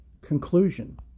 Conclusion